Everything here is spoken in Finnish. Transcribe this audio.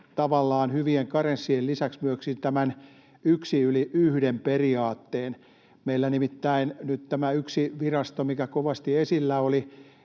tavallaan hyvien karenssien lisäksi myöskin tämän yksi yli yhden ‑periaatteen? Meillä nimittäin nyt tämän yhden viraston, mikä oli kovasti esillä,